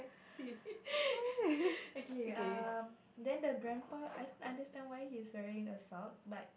okay um then the grandpa I don't understand why he's wearing a sock but